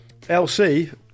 LC